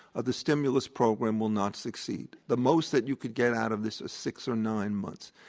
ah the stimulus program will not succeed. the most that you could get out of this is six or nine months.